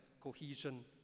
cohesion